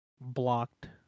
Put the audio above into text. blocked